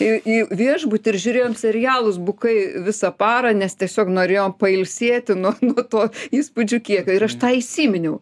į į viešbutį ir žiūrėjom serialus bukai visą parą nes tiesiog norėjom pailsėti nuo to įspūdžių kiekio ir aš tą įsiminiau